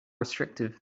restrictive